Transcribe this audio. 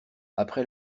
après